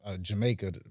Jamaica